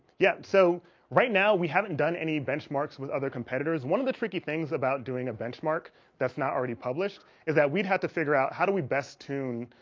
yeah, so right now. we haven't done any benchmarks with other competitors one of the tricky things about doing a benchmark that's not already published is that we'd have to figure out. how do we best tune?